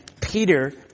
Peter